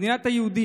מדינת היהודים,